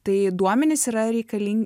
tai duomenys yra reikalin